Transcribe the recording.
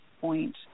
point